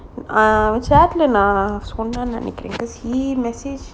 ah சொன்னன்னு நெனைக்குரன்:sonnannu nenaikkuran he message